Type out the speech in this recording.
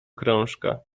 krążka